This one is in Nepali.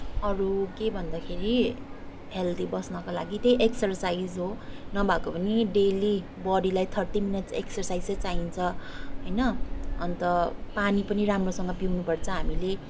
अरू के भन्दाखेरि हेल्दी बस्नको लागि त्यहीँ एक्सरसाइज होे नभएको पनि डेली बडीलाई थर्टी मिनट्स एक्सरसाइज चाहिँ चाहिन्छ होइन अनि त पानी पनि राम्रोसँग पिउनपर्छ हामीले